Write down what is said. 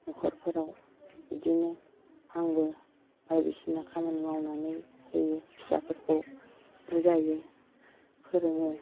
न'खरफोराव बिदिनो आंबो बायदिसिना खामानि मावनानै होयो फिसाफोरखौ बुजायो फोरोङो